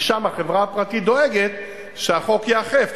כי שם החברה הפרטית דואגת שהחוק ייאכף,